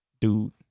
dude